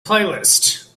playlist